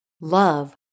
love